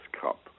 cup